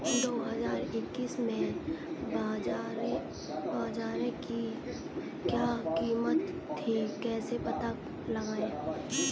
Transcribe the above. दो हज़ार इक्कीस में बाजरे की क्या कीमत थी कैसे पता लगाएँ?